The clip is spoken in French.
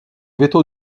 veto